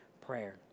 prayer